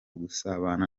gusabana